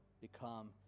become